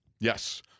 Yes